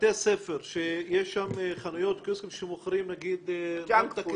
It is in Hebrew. בתי ספר שיש שם קיוסקים שמוכרים נגיד ממתקים,